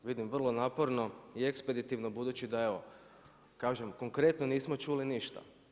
Vidim vrlo naporno i ekspeditivno budući da evo, kažem konkretno nismo čuli ništa.